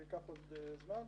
זה ייקח עוד זמן.